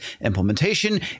implementation